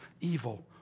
evil